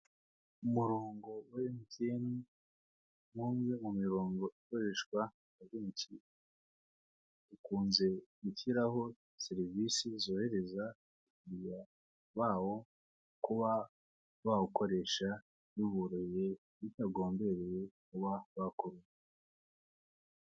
Umurongo wa emutiyeni ni umwe mu mirongo ikoreshwa na benshi, ukunze gushyiraho serivisi zohereza abakiriya bawo kuba bawukoresha biboroheye bitagombereye kuba bako...